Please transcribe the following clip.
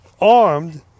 armed